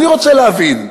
אני רוצה להבין: